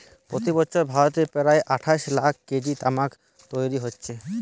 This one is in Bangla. প্রতি বছর ভারতে প্রায় আটশ লাখ কেজি তামাক তৈরি হচ্ছে